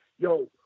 yo